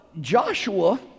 Joshua